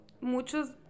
muchos